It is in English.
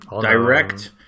direct